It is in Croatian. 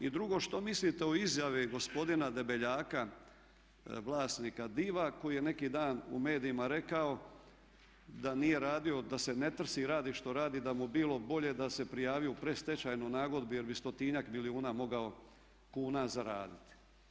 I drugo, što mislite o izjavi gospodina Debeljaka, vlasnika DIV-a ojije neki dan u medijima rekao da nije radio, da se ne trsi radi što radi, da bi mu bilo bolje da se prijavio u predstečajnoj nagodbi jer bi stotinjak milijuna mogao kuna zaraditi.